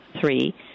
three